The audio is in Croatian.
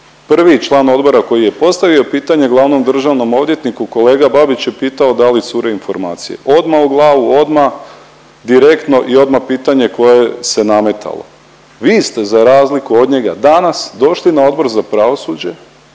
prvi član odbora koji je postavio pitanje glavnom državnom odvjetniku kolega Babić je pitao da li cure informacije. Odma u glavu, odma direktno i odma pitanje koje se nametalo. Vi ste za razliku od njega danas došli na Odbor za pravosuđe